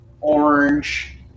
orange